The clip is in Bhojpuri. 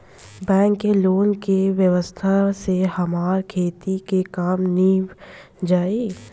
बैंक के लोन के व्यवस्था से हमार खेती के काम नीभ जाई